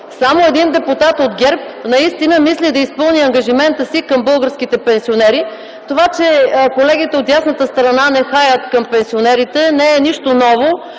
Само един депутат от ГЕРБ наистина мисли да изпълни ангажимента си към българските пенсионери. Това, че колегите от дясната страна на залата нехаят за пенсионерите, не е нищо ново,